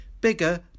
Bigger